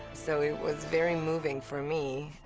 so it was very moving for me.